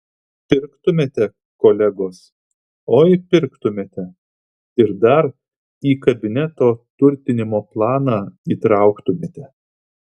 pirktumėte kolegos oi pirktumėte ir dar į kabineto turtinimo planą įtrauktumėte